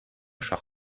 schach